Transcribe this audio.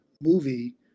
movie